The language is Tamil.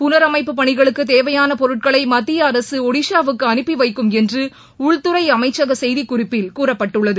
புனரமைப்பு பணிகளுக்கு தேவையான பொருட்களை மத்திய அரசு ஒடிஷாவுக்கு அனுப்பி வைக்கும் என்று உள்துறை அமைச்சக செய்திக்குறிப்பில் கூறப்பட்டுள்ளது